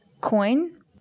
coin